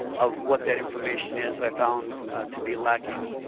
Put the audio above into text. of what that information is, i found to be lacking.